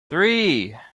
three